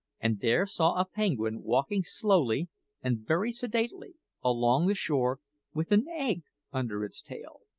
and there saw a penguin walking slowly and very sedately along the shore with an egg under its tail.